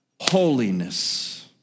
Holiness